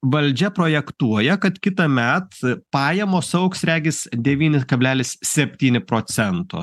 valdžia projektuoja kad kitąmet pajamos augs regis devyni kablelis septyni procento